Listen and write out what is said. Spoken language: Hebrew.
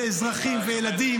אזרחים וילדים.